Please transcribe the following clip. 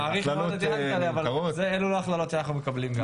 אני מעריך מאוד את יענקל'ה אבל אלו לא הכללות שאנחנו מקבלים גם.